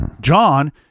John